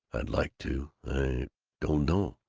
i'd like to i don't know.